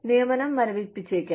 നിയമനം മരവിപ്പിച്ചേക്കാം